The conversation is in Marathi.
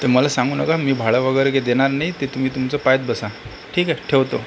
ते मला सांगू नका मी भाडं वगैरे काही देणार नाही ते तुम्ही तुमचं पहात बसा ठीक आहे ठेवतो